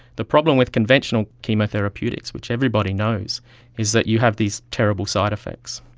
the problem with conventional chemotherapeutics which everybody knows is that you have these terrible side-effects.